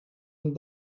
een